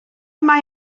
mai